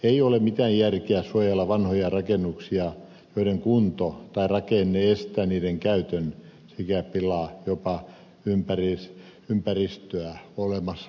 ei ole mitään järkeä suojella vanhoja rakennuksia joiden kunto tai rakenne estää niiden käytön sekä pilaa jopa ympäristöä olemassaolollaan